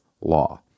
law